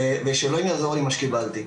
ושאלוהים יעזור לי מה שקיבלתי,